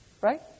right